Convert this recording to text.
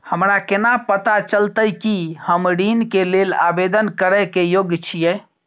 हमरा केना पता चलतई कि हम ऋण के लेल आवेदन करय के योग्य छियै?